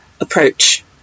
approach